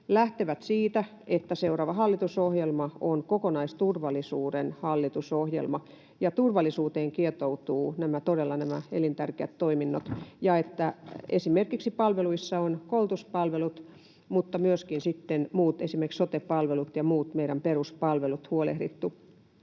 lähtevät siitä, että seuraava hallitusohjelma on kokonaisturvallisuuden hallitusohjelma ja turvallisuuteen kietoutuvat todella nämä elintärkeät toiminnot ja että esimerkiksi palveluissa on koulutuspalvelut mutta myöskin sitten muut, esimerkiksi sote-palvelut ja muut meidän peruspalvelut, huolehdittu.